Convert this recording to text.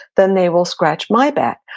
then they will scratch my back.